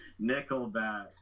nickelback